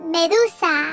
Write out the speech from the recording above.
Medusa